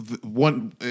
One